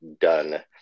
done